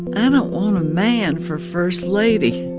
i don't want a man for first lady